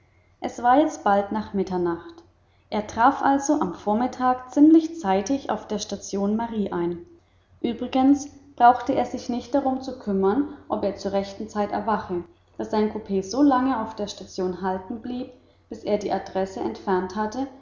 es war jetzt bald mitternacht er traf also am vormittag ziemlich zeitig auf der station mari ein übrigens brauchte er sich nicht darum kümmern ob er zur rechten zeit erwache da sein coup so lange auf der station halten blieb bis er die adresse entfernt hatte